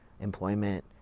employment